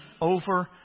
over